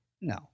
No